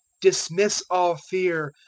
dismiss all fear!